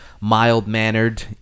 mild-mannered